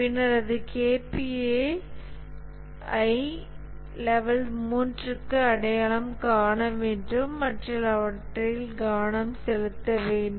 பின்னர் அது KPA ஐ லெவல் 3 க்கு அடையாளம் காண வேண்டும் மற்றும் அவற்றில் கவனம் செலுத்த வேண்டும்